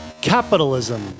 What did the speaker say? capitalism